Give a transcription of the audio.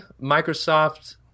Microsoft